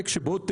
בתוספת.